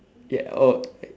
ya oh